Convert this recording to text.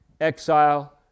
exile